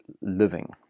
living